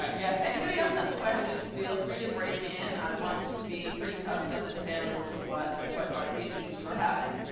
yes. anybody else has questions feel free to break in. i want this to be pretty custom and tailored to what what what issues you're having